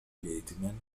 الإئتمان